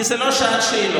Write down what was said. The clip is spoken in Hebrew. כי זו לא שעת שאלות,